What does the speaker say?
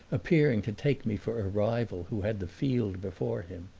appearing to take me for a rival who had the field before him.